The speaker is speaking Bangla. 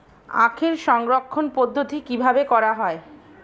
আখের সংরক্ষণ পদ্ধতি কিভাবে করা হয়?